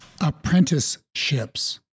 apprenticeships